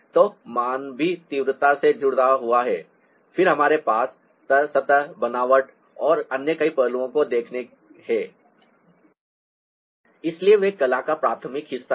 तो मान भी तीव्रता से जुड़ा हुआ है फिर हमारे पास सतह बनावट और कई अन्य पहलुओं को देखना है इसलिए वे कला का प्राथमिक हिस्सा हैं